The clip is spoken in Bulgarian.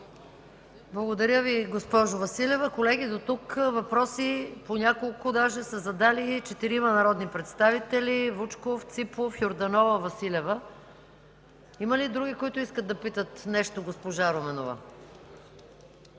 Благодаря Ви, госпожо Василева. Колеги, дотук въпроси, даже и по няколко, са задали четирима народни представители – Вучков, Ципов, Йорданова, Василева. Има ли други, които искат да питат нещо госпожа Руменова?